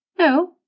No